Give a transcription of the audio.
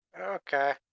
okay